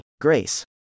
Grace